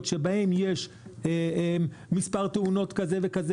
שבהן יש מספר תאונות קטלניות כזה וכזה,